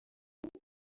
partie